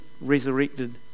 resurrected